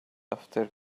after